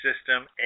System